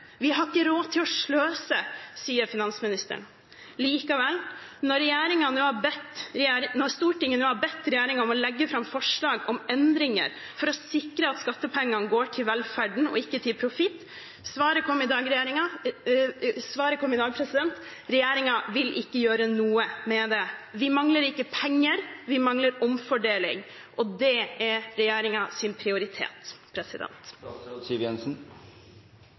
Vi har ikke råd til å sløse, sier finansministeren. Stortinget har nå bedt regjeringen om å legge fram forslag om endringer for å sikre at skattepengene går til velferd og ikke til profitt, og svaret kom i dag: Regjeringen vil ikke gjøre noe med det. Vi mangler ikke penger, vi mangler omfordeling, og det er regjeringens prioritet.